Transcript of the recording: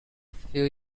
few